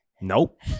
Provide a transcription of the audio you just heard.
Nope